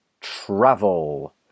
travel